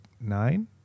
nine